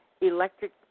electric